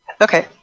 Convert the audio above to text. Okay